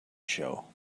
show